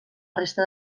resta